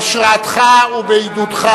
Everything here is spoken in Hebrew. בהשראתך ובעידודך